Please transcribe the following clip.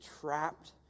trapped